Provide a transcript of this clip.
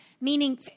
Meaning